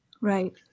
Right